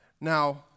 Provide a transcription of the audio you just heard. Now